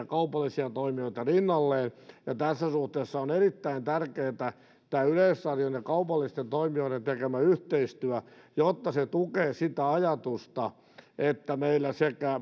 kaupallisia toimijoita rinnalleen tässä suhteessa on erittäin tärkeätä tämä yleisradion ja kaupallisten toimijoiden tekemä yhteistyö koska se tukee sitä ajatusta että meillä